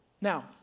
Now